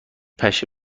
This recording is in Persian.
پشه